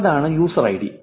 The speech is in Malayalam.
അതാണ് യൂസർ ഐഡി